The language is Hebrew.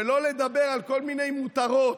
שלא לדבר על כל מיני מותרות.